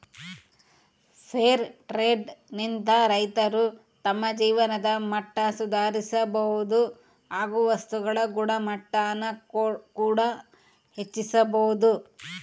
fair trade ನಿಂದ ರೈತರು ತಮ್ಮ ಜೀವನದ ಮಟ್ಟ ಸುಧಾರಿಸಬೋದು ಹಾಗು ವಸ್ತುಗಳ ಗುಣಮಟ್ಟಾನ ಕೂಡ ಹೆಚ್ಚಿಸ್ಬೋದು